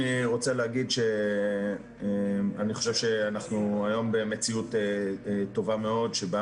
אני רוצה להגיד שאני חושב שאנחנו היום במציאות טובה מאוד שבה